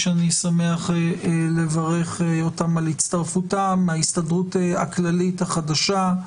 שאני שמח לברך אותם על הצטרפותם: מההסתדרות הכללית החדשה,